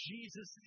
Jesus